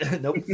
nope